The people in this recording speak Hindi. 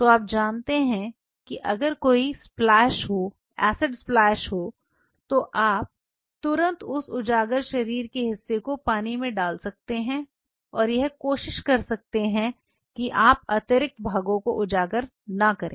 तो आप जानते हैं कि अगर कोई स्पलैश एसिड स्पलैश है तो आप तुरंत उस उजागर शरीर के हिस्से को पानी में डाल सकते हैं और यह कोशिश कर सकते हैं कि आप अतिरिक्त भागों को उजागर न करें